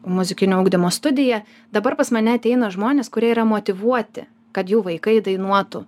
muzikinio ugdymo studiją dabar pas mane ateina žmonės kurie yra motyvuoti kad jų vaikai dainuotų